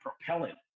propellant